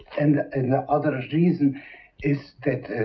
and the and the other reason is that